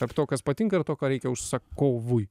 tarp to kas patinka ir to ką reikia užsakovui